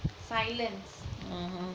silence